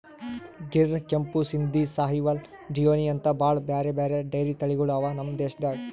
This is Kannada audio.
ಗಿರ್, ಕೆಂಪು ಸಿಂಧಿ, ಸಾಹಿವಾಲ್, ಡಿಯೋನಿ ಅಂಥಾ ಭಾಳ್ ಬ್ಯಾರೆ ಬ್ಯಾರೆ ಡೈರಿ ತಳಿಗೊಳ್ ಅವಾ ನಮ್ ದೇಶದಾಗ್